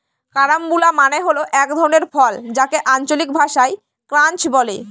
carambola মানে হল এক ধরনের ফল যাকে আঞ্চলিক ভাষায় ক্রাঞ্চ বলে